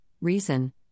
Reason